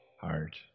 heart